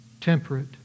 temperate